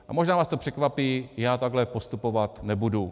A možná vás to překvapí, já takhle postupovat nebudu.